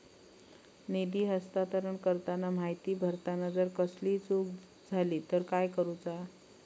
निधी हस्तांतरण करताना माहिती भरताना जर कसलीय चूक जाली तर काय करूचा?